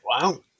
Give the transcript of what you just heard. Wow